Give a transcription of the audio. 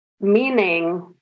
Meaning